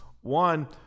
One